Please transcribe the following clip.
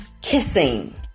kissing